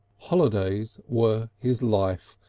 holidays were his life,